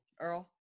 Earl